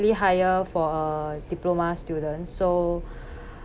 higher for a diploma students so